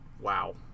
wow